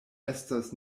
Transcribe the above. estas